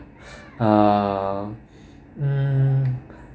uh um